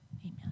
amen